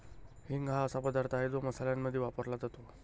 हिंग हा असा पदार्थ आहे जो मसाल्यांमध्ये वापरला जातो